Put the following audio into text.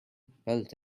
built